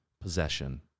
possession